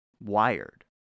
wired